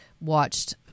watched